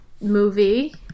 movie